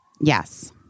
Yes